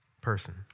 person